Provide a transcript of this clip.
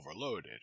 overloaded